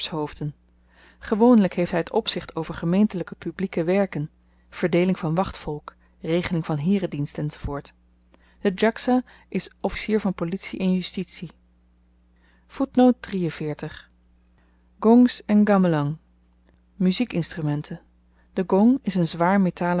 gewoonlyk heeft hy t opzicht over gemeentelyke publieke werken verdeeling van wachtvolk regeling van heeredienst enz de djaksa is officier van politie en justitie gongs en gamlang muziekinstrumenten de gong is n